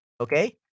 Okay